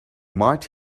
might